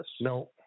No